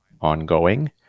ongoing